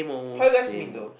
how you guys meet though